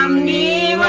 um me